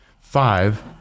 five